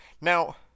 Now